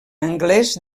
anglès